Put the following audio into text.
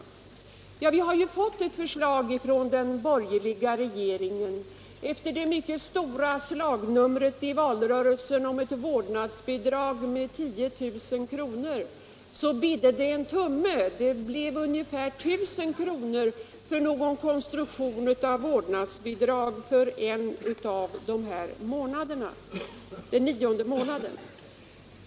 Vi har ju fått ett förslag från den borgerliga regeringen. Av det mycket stora slagnumret i valrörelsen om ett vårdnadsbidrag med 10 000 kr. bidde det en tumme. Det blev ungefär 1 000 kr. till någon konstruktion av vårdnadsbidrag för den nionde månaden.